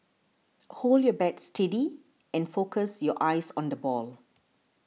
hold your bat steady and focus your eyes on the ball